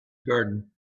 garden